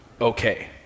okay